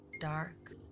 dark